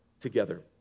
together